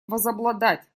возобладать